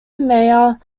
mayor